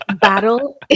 battle